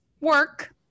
work